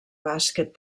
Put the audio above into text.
bàsquet